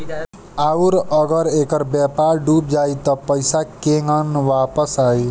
आउरु अगर ऐकर व्यापार डूब जाई त पइसा केंग वापस आई